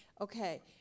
okay